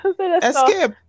Escape